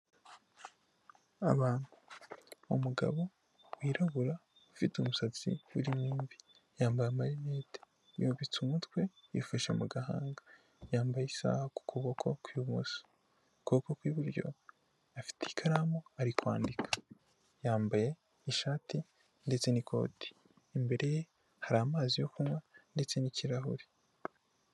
Abantu umugabo wirabura ufite umusatsi urimo imvi yambaye amarinete yubitse umutwe yifashe mu gahanga yambaye isaha ku kuboko kw'ibumoso ukuboko kw'iburyo afite ikaramu ari kwandika yambaye ishati ndetse n'ikoti imbere ye hari amazi yo kunywa ndetse n'kirahure.